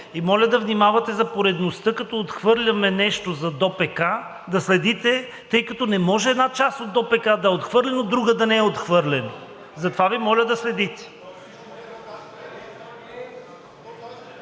и моля да внимавате за поредността – като отхвърляме нещо за ДОПК, да следите, тъй като не може една част от ДОПК да е отхвърлена, друга да не е отхвърлена. Затова Ви моля да следите.